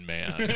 Man